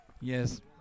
Yes